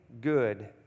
good